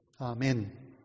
Amen